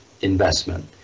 investment